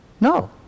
No